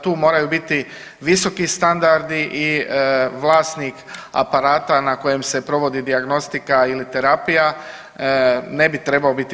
Tu moraju biti visoki standardi i vlasnik aparata na kojem se provodi dijagnostika ili terapija ne bi trebao biti bitan.